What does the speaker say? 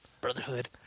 Brotherhood